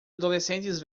adolescentes